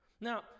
Now